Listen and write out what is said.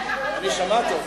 אל תדבר ככה על החיילים.